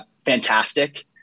fantastic